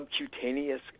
subcutaneous